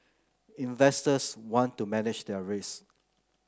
investors want to manage their risk